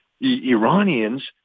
Iranians